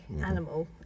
animal